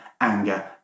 anger